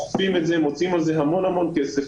אוכפים אותו ומוציאים על כך המון כסף,